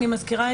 אני מזכירה,